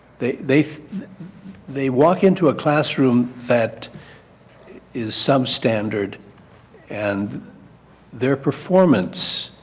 they they they walk into a classroom that is substandard and their performance